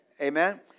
Amen